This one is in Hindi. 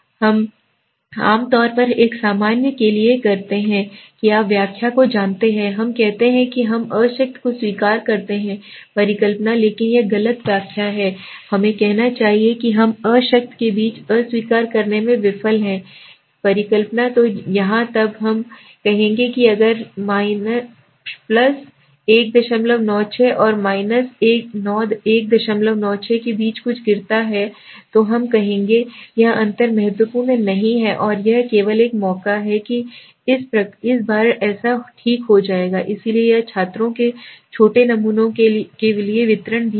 हम आम तौर पर हम एक सामान्य के लिए कहते हैं कि आप व्याख्या को जानते हैं हम कहते हैं कि हम अशक्त को स्वीकार करते हैं परिकल्पना लेकिन यह गलत व्याख्या है हमें कहना चाहिए कि हम अशक्त को अस्वीकार करने में विफल हैं परिकल्पना तो यहाँ हम कहेंगे कि अगर 196 और 196 के बीच कुछ गिरता है तो हम कहेंगे यह अंतर महत्वपूर्ण नहीं है और यह केवल एक मौका है कि इस बार ऐसा हो ठीक है इसलिए यह छात्रों के छोटे नमूनों के लिए वितरण भी है